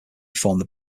formed